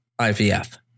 IVF